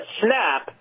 snap